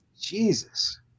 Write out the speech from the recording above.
Jesus